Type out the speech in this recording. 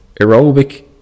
aerobic